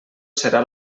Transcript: serà